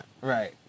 Right